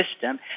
system